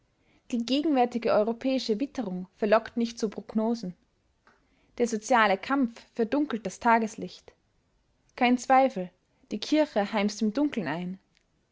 die gegenwärtige europäische witterung verlockt nicht zu prognosen der soziale kampf verdunkelt das tageslicht kein zweifel die kirche heimst im dunklen ein